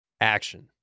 action